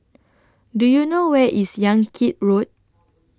Do YOU know Where IS Yan Kit Road